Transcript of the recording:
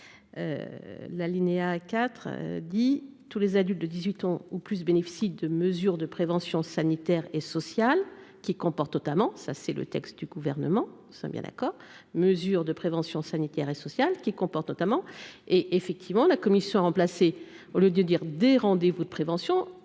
l'alinéa. 4 dit tous les adultes de 18 ans ou plus bénéficient de mesures de prévention sanitaire et sociale, qui comporte notamment, ça c'est le texte du gouvernement, c'est bien d'accord : mesures de prévention sanitaire et sociale, qui comporte notamment et, effectivement, la commission a remplacé au lieu de dire des rendez vous de prévention,